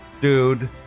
dude